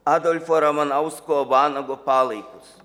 adolfo ramanausko vanago palaikus